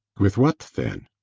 with what then?